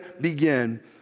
begin